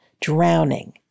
drowning